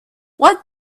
what